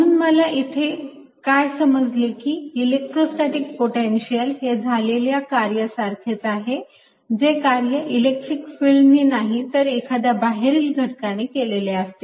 म्हणून मला इथे काय समजले की इलेक्ट्रोस्टॅटीक पोटेन्शिअल हे झालेल्या कार्य सारखेच असते जे कार्य इलेक्ट्रिक फिल्डनी नाही तर एखाद्या बाहेरील घटकाने केलेले असते